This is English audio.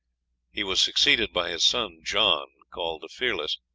he was succeeded by his son john, called the fearless,